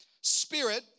spirit